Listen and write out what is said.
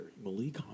Malik